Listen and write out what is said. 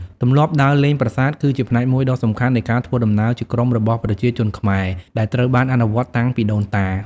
ទម្លាប់ដើរលេងប្រាសាទគឺជាផ្នែកមួយដ៏សំខាន់នៃការធ្វើដំណើរជាក្រុមរបស់ប្រជាជនខ្មែរ ដែលត្រូវបានអនុវត្តតាំងពីដូនតា។